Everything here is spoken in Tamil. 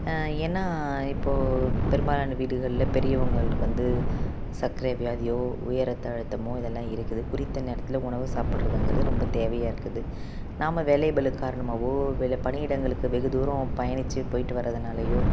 ஏன்னால் இப்போது பெரும்பாலான வீடுகளில் பெரியவங்களுக்கு வந்து சர்க்கரை வியாதியோ உயர் ரத்த அழுத்தமோ இதெல்லாம் இருக்குது குறித்த நேரத்தில் உணவு சாப்பிட்றதுக்குங்கிறது ரொம்ப தேவையாக இருக்குது நாம் வேலைகளை காரணமாகவோ இல்லை பணியிடங்களுக்கு வெகு தூரம் பயணித்து போயிட்டு வரதுனாலேயோ